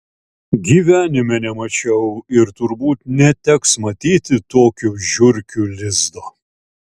gyvenime nemačiau ir turbūt neteks matyti tokio žiurkių lizdo